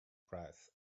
price